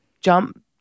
jump